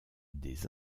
des